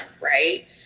right